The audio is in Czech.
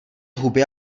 huby